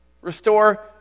restore